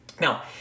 Now